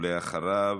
אחריו,